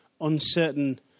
uncertain